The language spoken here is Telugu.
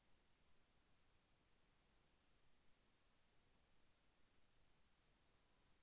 క్రెడిట్ కార్డ్ అంటే ఏమిటి?